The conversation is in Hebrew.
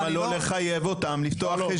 אני לא --- אז למה לא לחייב אותם לפתוח חשבון?